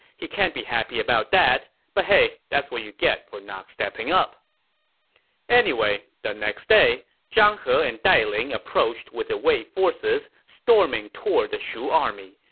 he can't be happy about that. but hey, that's what you get for not stepping up anyway, the next day, zhang he and dai ling approached with the wei forces, storming toward the shu army.